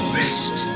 rest